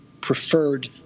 preferred